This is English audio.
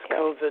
COVID